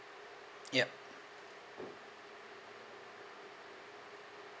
yup